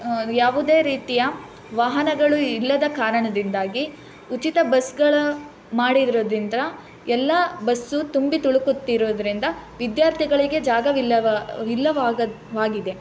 ಯಾವುದೇ ರೀತಿಯ ವಾಹನಗಳು ಇಲ್ಲದ ಕಾರಣದಿಂದಾಗಿ ಉಚಿತ ಬಸ್ಗಳು ಮಾಡಿರೋದ್ರಿಂದ ಎಲ್ಲ ಬಸ್ ತುಂಬಿ ತುಳುಕುತ್ತಿರೋದ್ರಿಂದ ವಿದ್ಯಾರ್ಥಿಗಳಿಗೆ ಜಾಗವಿಲ್ಲವಾಗ್ ವಿಲ್ಲವಾಗ ವಾಗಿದೆ